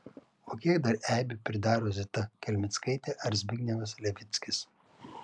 o kiek dar eibių pridaro zita kelmickaitė ar zbignevas levickis